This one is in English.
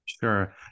Sure